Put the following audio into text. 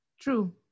True